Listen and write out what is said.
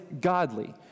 godly